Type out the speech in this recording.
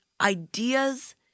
ideas